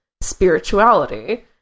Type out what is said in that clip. spirituality